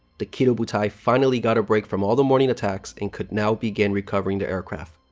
the kido butai finally got a break from all the morning attacks and could now begin recovering the aircraft.